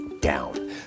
down